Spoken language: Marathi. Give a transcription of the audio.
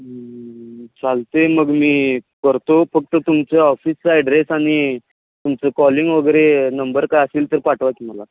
चालतं आहे मग मी करतो फक्त तुमचं ऑफिसचा ॲड्रेस आणि तुमचं कॉलिंग वगैरे नंबर काय असेल तर पाठवा की मला